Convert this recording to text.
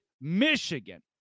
Michigan